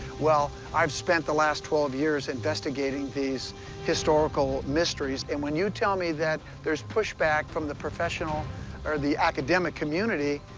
well, i've spent the last twelve years investigating these historical mysteries, and when you tell me that there's push-back from the professional or the academic community,